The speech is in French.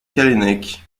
callennec